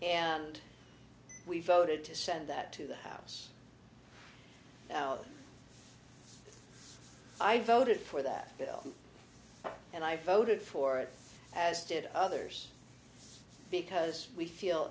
and we voted to send that to the house i voted for that bill and i foetid for it as did others because we feel